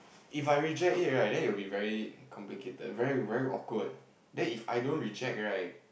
If I reject it right then it would be very complicated very very awkward then If I don't reject right